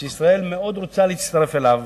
שישראל מאוד רוצה להצטרף אליו,